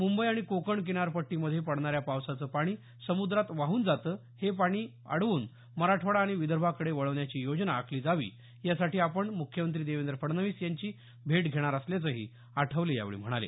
मुंबई आणि कोकण किनार पट्टीमध्ये पडणाऱ्या पावसाचं पाणी समुद्रात वाहून जातं हे पाणी पाणी अडवून मराठवाडा आणि विदर्भाकडे वळवण्याची योजना आखली जावी यासाठी आपण मुख्यमंत्री देवेंद्र फडणवीस यांची भेट घेणार असल्याचंही आठवले यावेळी म्हणाले